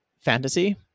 fantasy